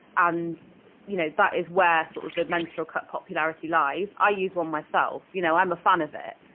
and you know, that is where sort of the menstrual cup popularity lies. i use one myself, you know, i'm a fan of it,